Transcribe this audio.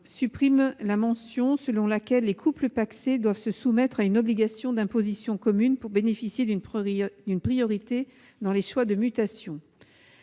supprimer la mention selon laquelle les couples pacsés doivent se soumettre à une obligation d'imposition commune pour bénéficier d'une priorité dans les choix de mutation.